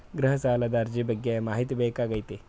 ಗೃಹ ಸಾಲದ ಅರ್ಜಿ ಬಗ್ಗೆ ಮಾಹಿತಿ ಬೇಕಾಗೈತಿ?